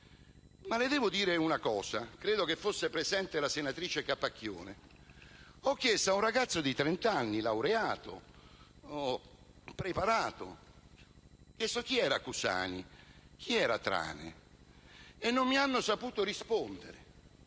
ma le voglio dire una cosa. Credo fosse presente la senatrice Capacchione. Ho chiesto ad un ragazzo di 30 anni, laureato, preparato, chi fosse Cusani, chi fosse Trane, ma non mi ha saputo rispondere,